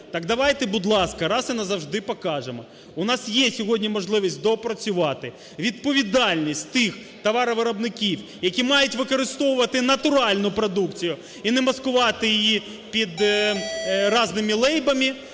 Так давайте, будь ласка, раз і назавжди покажемо, у нас є сьогодні можливість доопрацювати відповідальність тих товаровиробників, які мають використовувати натуральну продукцію і не маскувати її під різними лейбами,